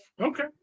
okay